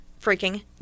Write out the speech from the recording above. freaking